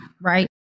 right